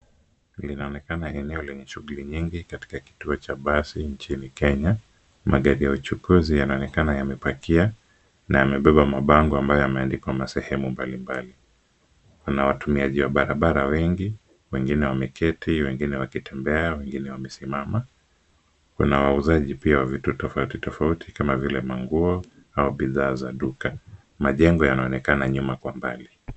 Linaonekana eneo lenye shughuli nyingi katika kituo cha basi nchini Kenya. Magari ya uchukuzi yanaonekana yamepakia na yamebeba mabango ambayo yameandikwa na sehemu mbalimbali. Kuna watumiaji barabara wengi, wengine wameketi, wengine wakitembea na wengine wamesimama. Kuna wauzaji pia wa vitu tofauti tofauti kama vile nguo au bidhaa za duka. Majengo yanaonekana nyuma kwa mbali.